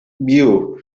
view